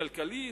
יעילות כלכלית,